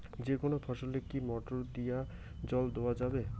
যেকোনো ফসলে কি মোটর দিয়া জল দেওয়া যাবে?